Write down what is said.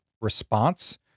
response